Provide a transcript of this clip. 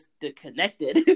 disconnected